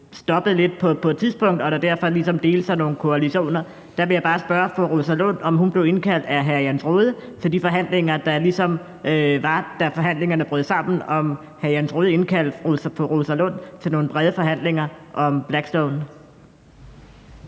sådan lidt på et tidspunkt, og der delte sig derfor ligesom nogle koalitioner. Der vil jeg bare spørge fru Rosa Lund, om hun blev indkaldt af hr. Jens Rohde til de forhandlinger, der var, da forhandlingerne brød sammen – om hr. Jens Rohde indkaldte fru Rosa Lund til nogle brede forhandlinger om Blackstone.